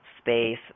space